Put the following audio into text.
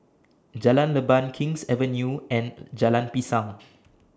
Jalan Leban King's Avenue and Jalan Pisang